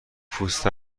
پوست